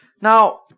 Now